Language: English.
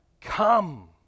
come